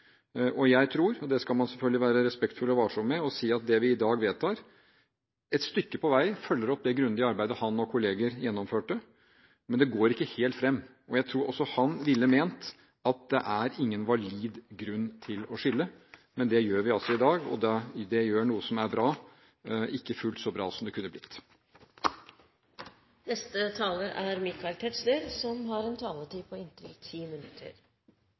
Jeg tror – og det skal man selvfølgelig være respektfull og varsom med å si – at det vi i dag vedtar, et stykke på vei følger opp det grundige arbeidet han og kolleger gjennomførte, men det går ikke helt fram. Jeg tror også han ville ment at det er ingen valid grunn til å skille, men det gjør vi altså i dag. Det gjør noe som er bra, ikke fullt så bra som det kunne blitt. Foregående taler,